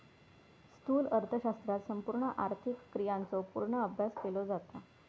स्थूल अर्थशास्त्रात संपूर्ण आर्थिक क्रियांचो पूर्ण अभ्यास केलो जाता